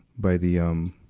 by the, um,